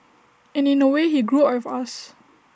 and in A way he grew up with us